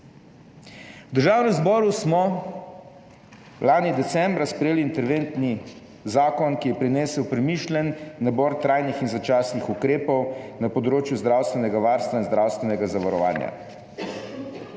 V Državnem zboru smo lani decembra sprejeli interventni zakon, ki je prinesel premišljen nabor trajnih in začasnih ukrepov na področju zdravstvenega varstva in zdravstvenega zavarovanja.